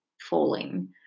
falling